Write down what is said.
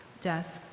death